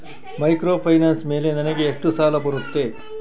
Microfinance ಮೇಲೆ ನನಗೆ ಎಷ್ಟು ಸಾಲ ಬರುತ್ತೆ?